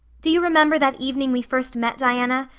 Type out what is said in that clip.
do you remember that evening we first met, diana,